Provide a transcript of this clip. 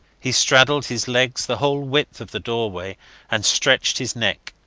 he straddled his legs the whole width of the doorway and stretched his neck.